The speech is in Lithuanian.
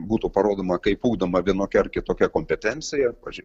būtų parodoma kaip ugdoma vienokia ar kitokia kompetencija pavyzdžiui